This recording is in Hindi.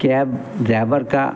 कैब ड्राईवर का